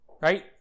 right